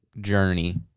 journey